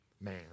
Man